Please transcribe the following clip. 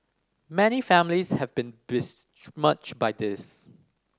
many families have been by this